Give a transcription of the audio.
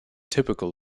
typical